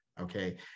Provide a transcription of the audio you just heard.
okay